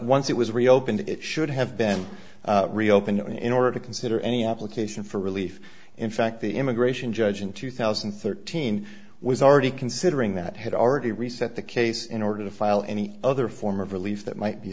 once it was reopened it should have been reopened in order to consider any application for relief in fact the immigration judge in two thousand and thirteen was already considering that had already reset the case in order to file any other form of relief that might be